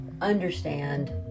understand